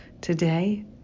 today